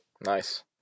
Nice